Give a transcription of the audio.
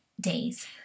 days